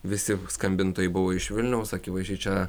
visi skambintojai buvo iš vilniaus akivaizdžiai čia